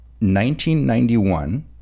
1991